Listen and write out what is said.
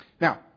Now